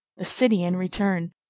the city, in return,